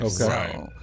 Okay